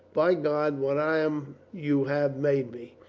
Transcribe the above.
by god, what i am you have made me.